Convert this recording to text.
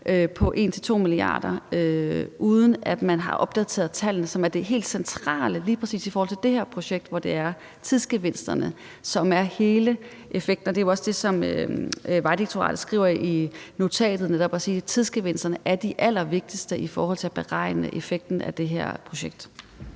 på 1-2 mia. kr., uden at man har opdateret tallene, som er det helt centrale lige præcis i forhold til det her projekt, hvor det er tidsgevinsterne, som er hele effekten? Det er jo også det, som Vejdirektoratet skriver i notatet, netop at tidsgevinsterne er de allervigtigste i forhold til at beregne effekten af det her projekt.